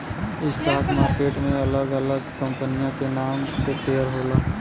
stock market में अलग अलग कंपनियन के नाम से शेयर होला